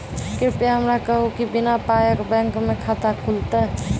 कृपया हमरा कहू कि बिना पायक बैंक मे खाता खुलतै?